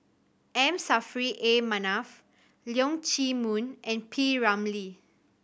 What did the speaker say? M Saffri A Manaf Leong Chee Mun and P Ramlee